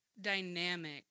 dynamic